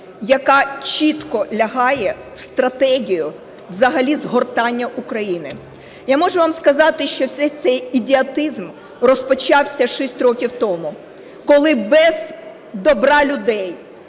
яка чітко лягає в стратегію взагалі згортання України. Я можу вам сказати, що весь цей ідіотизм розпочався 6 років тому, коли без добра людей,